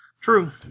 True